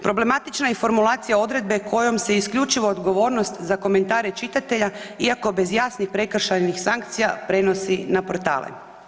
Problematična je i formulacija odredbe kojom se isključivo odgovornost za komentare čitatelja iako bez jasnih prekršajnih sankcija prenosi na portale.